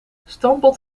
stamppot